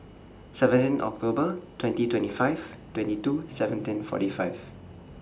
seventeen October twenty twenty five twenty two seventeen forty five